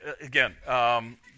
again